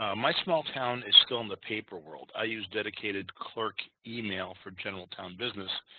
ah my small town is still in the paper world i use dedicated clerk email for general town business.